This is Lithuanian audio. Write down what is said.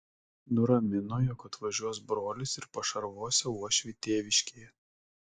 nuramino jog atvažiuos brolis ir pašarvosią uošvį tėviškėje